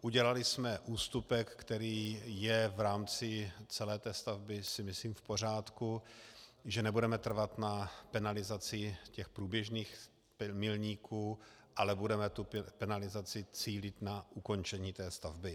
Udělali jsme ústupek, který je v rámci celé té stavby, myslím si, v pořádku, že nebudeme trvat na penalizaci těch průběžných milníků, ale budeme tu penalizaci cílit na ukončení té stavby.